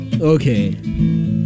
okay